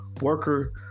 worker